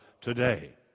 today